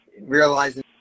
realizing